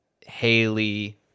Haley